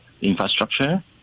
infrastructure